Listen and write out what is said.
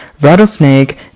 rattlesnake